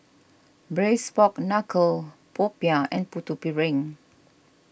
Braised Pork Knuckle Popiah and Putu Piring